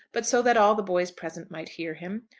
but so that all the boys present might hear him.